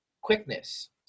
Quickness